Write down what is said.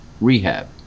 rehab